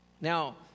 Now